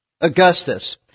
Augustus